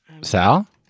Sal